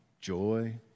joy